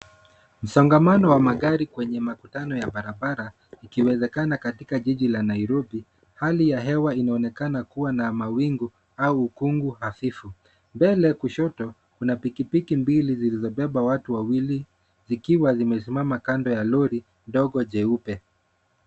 Msongamano wa magari kwenye makutano ya barabara, ikiwezekana katika jiji la Nairobi, hali ya hewa inaonekana kuwa na mawingu au ukungu hafifu. Mbele kushoto kuna pikipiki mbili zilizobeba watu wawili, zikiwa zimesimama kando ya lori ndogo jeupe.